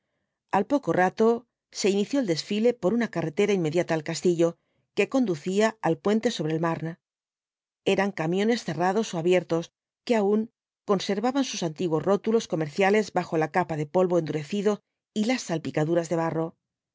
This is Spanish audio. al poco rato se inició el desfile por una carretera inmediata al castillo que conducía al puente sobre el mame eran camiones cerrados ó abiertos que aun conservaban sus antiguos rótulos comerciales bajo la capa de polvo endurecido y las salpicaduras de barro